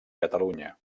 catalunya